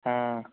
ആ